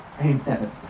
Amen